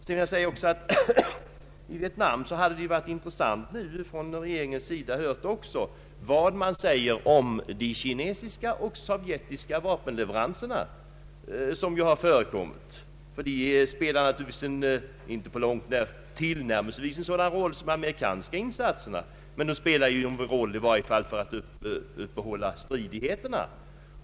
Vad gäller Vietnam hade det varit intressant att också få höra regeringens syn på de kinesiska och sovjetiska vapenleveranser som förekommit. De spelar naturligtvis inte tillnärmelsevis så stor roll som de amerikanska insatserna, men de spelar i varje fall en roll för att uppehålla striderna.